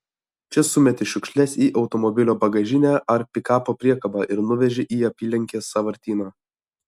čia sumeti šiukšles į automobilio bagažinę ar pikapo priekabą ir nuveži į apylinkės sąvartyną